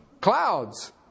clouds